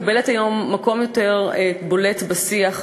מקבלת היום מקום יותר בולט בשיח,